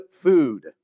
food